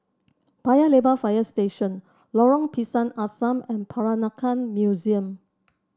Paya Lebar Fire Station Lorong Pisang Asam and Peranakan Museum